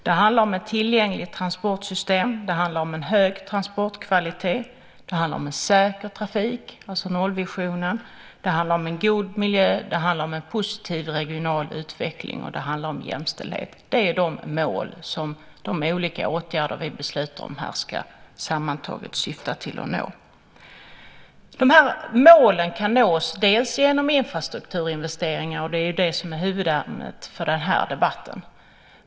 Det handlar om ett tillgängligt transportsystem, en hög transportkvalitet, en säker trafik, målvisionen, en god miljö, en positiv regional utveckling och om jämställdhet. Det är de mål som de olika åtgärder vi beslutar om sammantaget ska syfta till att nå. Målen kan nås bland annat genom infrastrukturinvesteringar. Det är det som är huvudämnet för den här debatten.